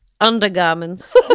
undergarments